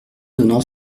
donnant